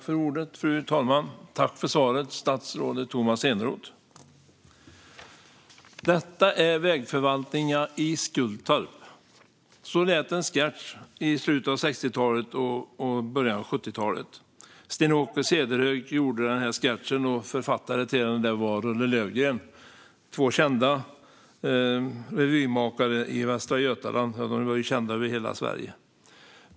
Fru talman! Jag tackar statsrådet Tomas Eneroth för svaret. "Detta är vägförvaltningen i Skultorp" - så lät en sketch i slutet av 60talet och början av 70-talet. Sten-Åke Cederhök gjorde sketchen, och Rulle Lövgren var författare till den. De var två kända revymakare i Västra Götaland - ja, de var ju kända över hela Sverige.